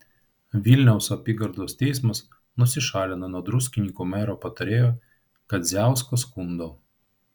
vilniaus apygardos teismas nusišalino nuo druskininkų mero patarėjo kadziausko skundo